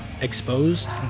exposed